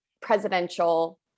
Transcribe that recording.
presidential